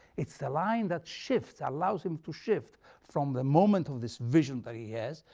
it's the line that shifts, allows him to shift from the moment of this vision that he has,